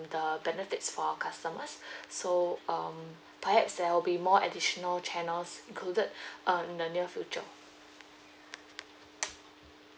the benefits for our customers so um perhaps there will be more additional channels included uh in the near future